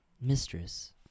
mistress